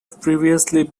previously